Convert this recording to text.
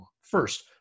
First